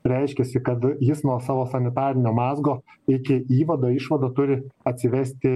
reiškiasi kad jis nuo savo sanitarinio mazgo iki įvado išvado turi atsivesti